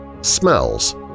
smells